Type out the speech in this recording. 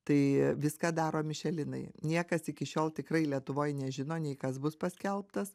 tai viską daro mišelinai niekas iki šiol tikrai lietuvoj nežino nei kas bus paskelbtas